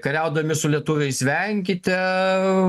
kariaudami su lietuviais venkite